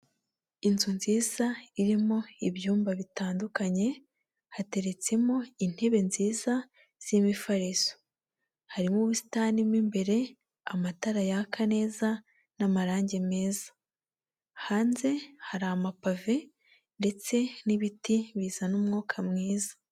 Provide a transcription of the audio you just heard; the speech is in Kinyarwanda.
Inzu nziza irimo ibyumba bitandukanye, hateretsemo intebe nziza z'imifariso. Harimo ubusitani mo imbere, amatara yaka neza n'amarangi meza. Hanze hari amapave ndetse n'ibiti bizana umwuka mwiza.